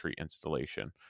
installation